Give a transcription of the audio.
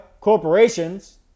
corporations